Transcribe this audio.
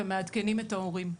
ומעדכנים את ההורים.